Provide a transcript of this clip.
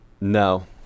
no